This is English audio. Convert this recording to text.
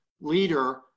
leader